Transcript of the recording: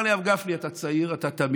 אמר לי הרב גפני: אתה צעיר, אתה תמים,